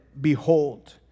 Behold